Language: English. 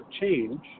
change